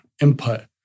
input